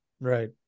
Right